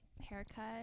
haircut